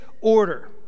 order